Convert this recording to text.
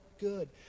good